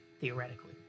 theoretically